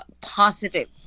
positive